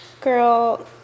Girl